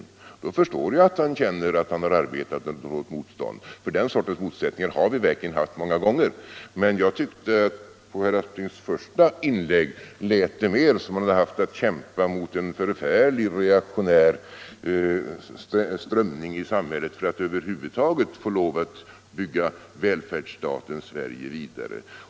I så fall förstår jag att han känner att han har arbetat under hårt motstånd. Den sortens motsättningar har vi verkligen haft många gånger. Men herr Asplings första inlägg gav mera intrycket av att han hade haft att kämpa mot en förfärlig reaktionär strömning i samhället för att över huvud taget få möjlighet att bygga välfärdsstaten Sverige vidare.